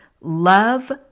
Love